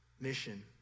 mission